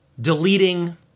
deleting